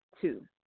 two